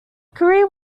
career